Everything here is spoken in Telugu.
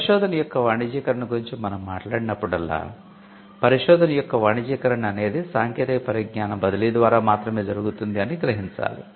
పరిశోధన యొక్క వాణిజ్యీకరణ గురించి మనం మాట్లాడినప్పుడల్లా పరిశోధన యొక్క వాణిజ్యీకరణ అనేది సాంకేతిక పరిజ్ఞానం బదిలీ ద్వారా మాత్రమే జరుగుతుంది అని మనం గ్రహించాలి